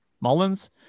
Mullins